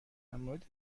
مورد